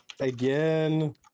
Again